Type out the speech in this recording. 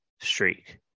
Streak